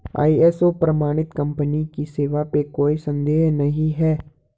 ISO प्रमाणित company की सेवा पे कोई संदेह नहीं है